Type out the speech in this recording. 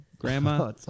grandma